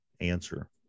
answer